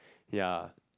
ya